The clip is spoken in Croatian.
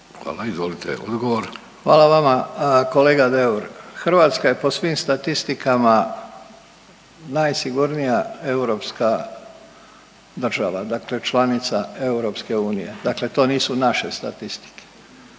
Davor (HDZ)** Hvala vama kolega Deur. Hrvatska je po svim statistikama najsigurnija europska država, dakle članica EU, dakle to nisu naše statistike.